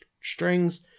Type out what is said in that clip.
strings